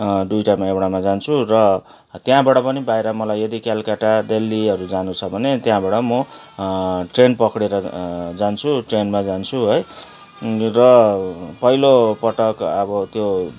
दुईवटामा एउटामा जान्छु र त्यहाँबाट पनि बाहिर मलाई यदि कलकत्ता दिल्लीहरू जानु छ भने त्यहाँबाट म ट्रेन पक्रेर जान्छु ट्रेनमा जान्छु है र पहिलोपटक अब त्यो